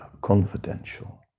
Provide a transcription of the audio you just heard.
confidential